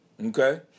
Okay